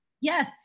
Yes